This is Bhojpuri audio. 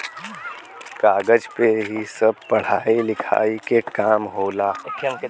कागज पे ही सब पढ़ाई लिखाई के काम होला